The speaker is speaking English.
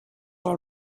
all